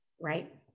Right